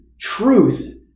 truth